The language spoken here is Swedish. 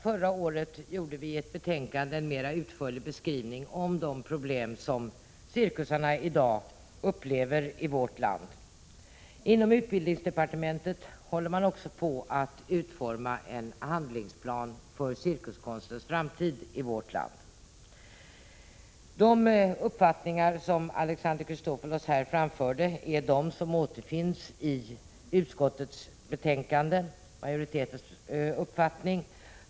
Förra året gjorde vi i betänkandet en mer utförlig beskrivning av de problem som cirkusarna i dag upplever i vårt land. Inom utbildningsdepartementet håller man på att utforma en handlingsplan för cirkuskonstens framtid i vårt land. De uppfattningar som Alexander Chrisopoulos framförde återfinns i utskottets majoritetsskrivning.